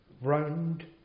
round